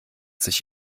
sich